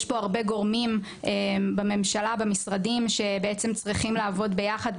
יש פה הרבה גורמים בממשלה במשרדים שצריכים לעבוד ביחד,